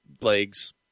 legs